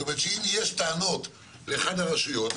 זאת אומרת שאם יהיו טענות לאחת הרשויות,